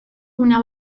una